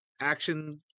action